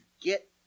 get